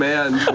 man.